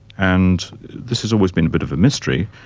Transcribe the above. and this has always been a bit of a mystery,